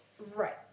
Right